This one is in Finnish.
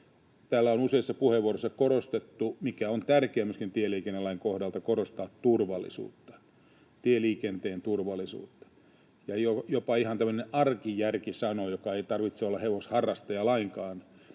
Täällä on useissa puheenvuoroissa korostettu — sitä on tärkeää myöskin tieliikennelain kohdalta korostaa — turvallisuutta, tieliikenteen turvallisuutta. Jopa ihan tämmöinen arkijärki sanoo — ei tarvitse olla hevosharrastaja lainkaan,